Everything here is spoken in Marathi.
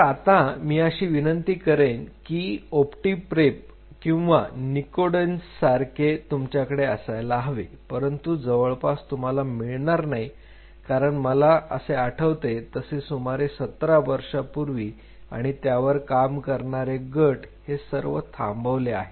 तर आता मी अशी विनंती करीन की ओप्टीप्रेप किंवा निकोडेंन्झसारखे तुमच्याकडे असायला हवे परंतु जवळपास तुम्हाला मिळणार नाही कारण मला जसे आठवते तसे सुमारे 17 वर्षांपूर्वी आणि त्यावर काम करणारे गट हे सर्व थांबवले आहे